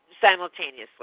simultaneously